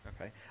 Okay